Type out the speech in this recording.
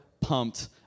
pumped